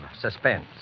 suspense